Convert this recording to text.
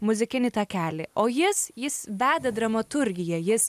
muzikinį takelį o jis jis veda dramaturgiją jis